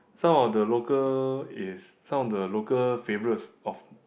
some of the local is some of the local favourites of